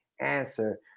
answer